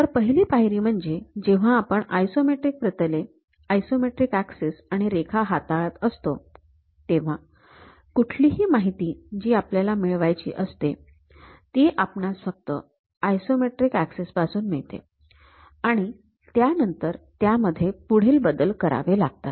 तर पहिली पायरी म्हणजे जेव्हा आपण ही आयसोमेट्रिक प्रतले आयसोमेट्रिक ऍक्सिस आणि रेखा हाताळत असतो तेव्हा कुठलीही माहिती जी आपल्याला मिळवायची असते ती आपणास फक्त आयसोमेट्रिक ऍक्सिस पासून मिळते आणि त्यानंतर त्यामध्ये पुढील बदल करावे लागतात